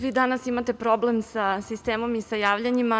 Vi danas imate problem sa sistemom i sa javljanjima.